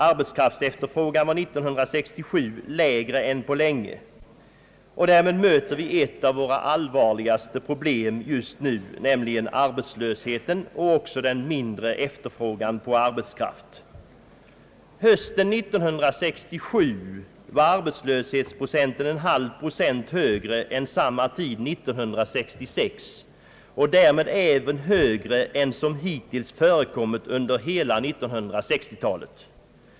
Arbetskraftsefterfrågan var under år 1967 lägre än på länge, och därmed möter vi ett av våra allvarligaste problem just nu, nämligen arbetslösheten och en minskad efterfrågan på arbetskraft. Hösten 1967 var arbetslösheten 0,5 procent högre än vid samma tid år 1966 och därmed även högre än vad som hittills förekommit under hela 1960-talet.